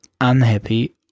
unhappy